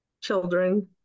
children